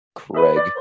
craig